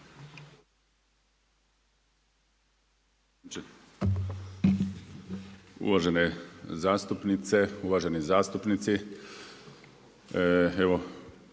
Uvažene zastupnice, uvaženi zastupnici. Evo